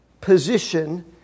position